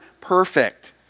perfect